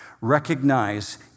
recognize